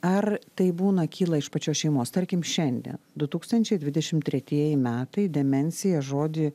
ar tai būna kyla iš pačios šeimos tarkim šiandien du tūkstančiai dvidešim tretieji metai demencija žodį